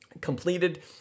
completed